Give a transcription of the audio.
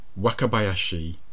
Wakabayashi